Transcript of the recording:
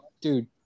dude